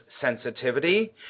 sensitivity